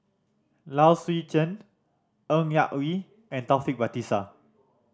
Low Swee Chen Ng Yak Whee and Taufik Batisah